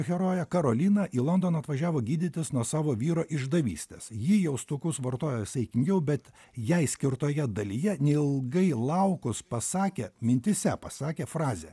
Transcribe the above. herojė karolina į londoną atvažiavo gydytis nuo savo vyro išdavystės ji jaustukus vartoja saikingiau bet jai skirtoje dalyje neilgai laukus pasakė mintyse pasakė frazę